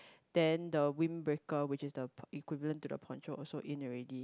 then the windbreaker which is the equivalent to the poncho also in already